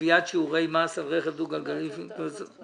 (קביעת שיעורי מס על רכב דו גלגלי לפי קבוצות הספק ונפח מנוע)?